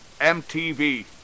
MTV